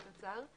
אוצר.